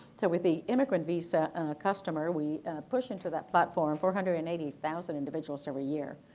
so with the immigrant visa customer we push into that platform four hundred and eighty thousand individuals every year.